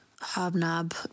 hobnob